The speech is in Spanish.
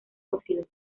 óxidos